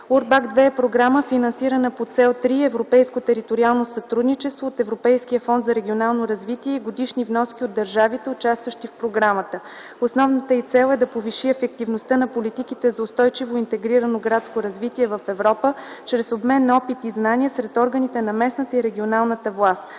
II” е програма, финансирана по Цел 3 „Европейско териториално сътрудничество” от Европейския фонд за регионално развитие и годишни вноски от държавите, участващи в програмата. Основната й цел е да повиши ефективността на политиките за устойчиво интегрирано градско развитие в Европа чрез обмен на опит и знания сред органите на местната и регионалната власт;